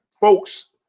folks